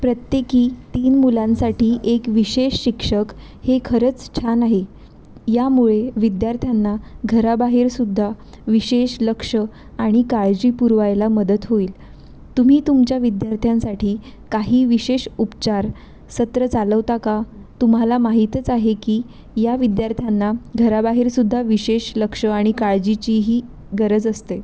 प्रत्येकी तीन मुलांसाठी एक विशेष शिक्षक हे खरंच छान आहे यामुळे विद्यार्थ्यांना घराबाहेरसुद्धा विशेष लक्ष आणि काळजी पुरवायला मदत होईल तुम्ही तुमच्या विद्यार्थ्यांसाठी काही विशेष उपचार सत्र चालवता का तुम्हाला माहीतच आहे की या विद्यार्थ्यांना घराबाहेरसुद्धा विशेष लक्ष आणि काळजीचीही गरज असते